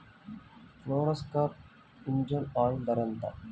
Kirloskar engine oil ధర ఎంత?